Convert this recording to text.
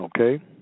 okay